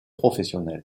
professionnel